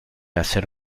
hacer